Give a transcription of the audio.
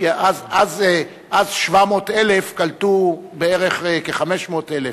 אז 700,000 קלטו בערך 500,000,